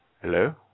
Hello